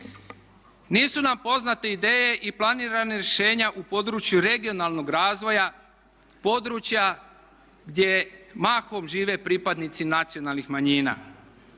Nisu nam poznate ideje i planirana rješenja u području regionalnog razvoja, područja gdje mahom žive pripadnici nacionalnih manjina.